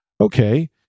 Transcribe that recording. okay